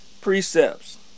precepts